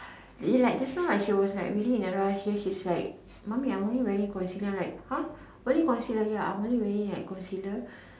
like just now like she was like really in a rush ya she's like mummy I want you wearing concealer like !huh! wearing concealer ya I want you wearing like concealer